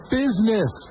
business